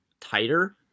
tighter